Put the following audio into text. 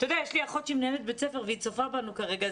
יש לי אחות שהיא מנהלת בית ספר והיא צופה בנו כרגע,